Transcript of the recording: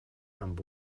amb